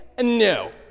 No